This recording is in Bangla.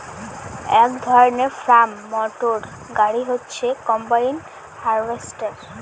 এক ধরনের ফার্ম মটর গাড়ি হচ্ছে কম্বাইন হার্ভেস্টর